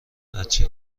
بچه